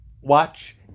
watch